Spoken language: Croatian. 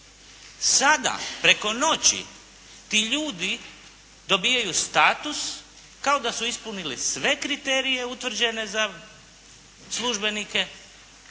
Sada preko noći ti ljudi dobijaju status kao da su ispunili sve kriterije utvrđene za službenike